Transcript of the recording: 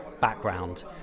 background